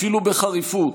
אפילו בחריפות,